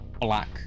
black